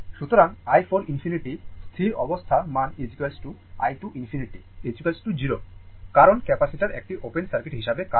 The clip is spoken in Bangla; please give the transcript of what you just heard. সুতরাং i 4 ∞ স্থির অবস্থা মান i 2 ∞ 0 কারণ ক্যাপাসিটার একটি ওপেন সার্কিট হিসাবে কাজ করে